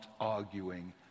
arguing